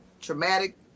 traumatic